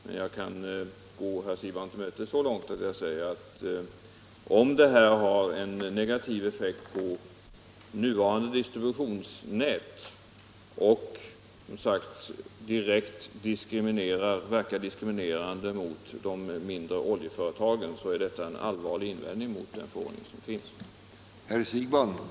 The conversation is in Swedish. Men jag kan gå herr Siegbahn så långt till mötes att jag säger att om det här har varit en negativ effekt på nuvarande distributionsnät som verkat direkt diskriminerande mot de mindre oljeföretagen, är detta en tungt vägande invändning mot den förordning som finns.